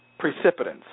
precipitants